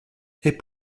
est